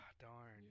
Darn